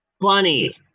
Bunny